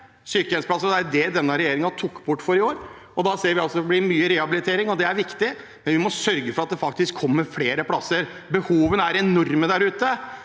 sykehjemsplasser. Det er jo det denne regjeringen tok bort for i år. Da ser vi at det blir mye rehabilitering, og det er viktig, men vi må sørge for at det faktisk kommer flere plasser. Behovene er enorme der ute.